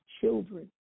children